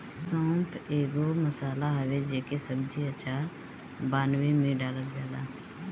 सौंफ एगो मसाला हवे जेके सब्जी, अचार बानवे में डालल जाला